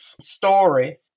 story